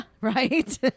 right